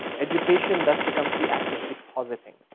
education thus becomes the act of depositing,